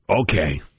Okay